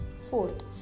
Fourth